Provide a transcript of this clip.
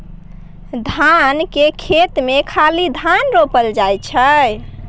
धान केर खेत मे खाली धान रोपल जाइ छै